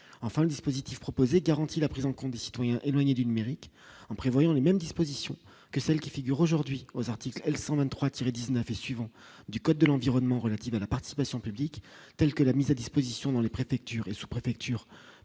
enfin, le dispositif proposé garantit la prise en compte des citoyens éloigné du numérique, en prévoyant les mêmes dispositions que celles qui figure aujourd'hui aux articles L. 123 19 et suivants du Code de l'environnement, relative à la participation publique telle que la mise à disposition dans les préfectures et sous-préfectures